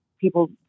people